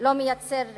לא מייצר ריבונות,